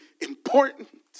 important